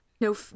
No